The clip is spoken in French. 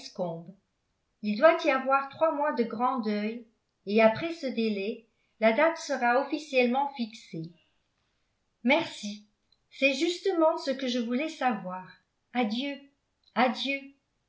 il doit y avoir trois mois de grand deuil et après ce délai la date sera officiellement fixée merci c'est justement ce que je voulais savoir adieu adieu